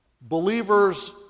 believers